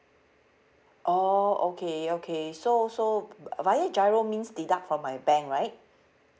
oh okay okay so so via GIRO means deduct from my bank right